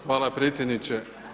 Hvala predsjedniče.